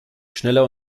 schneller